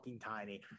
tiny